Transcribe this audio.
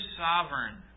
sovereign